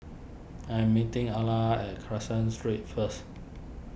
I am meeting Alla at Caseen Street first